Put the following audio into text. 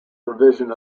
revision